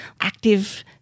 active